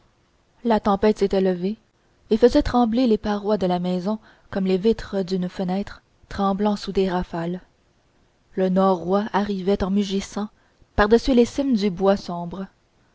la tempête s'était levée et faisait trembler les parois de la maison comme les vitres d'une fenêtre tremblent sous les rafales le norouâ arrivait en mugissant par-dessus les cimes du bois sombre